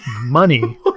Money